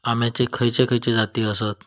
अम्याचे जाती खयचे खयचे आसत?